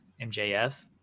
MJF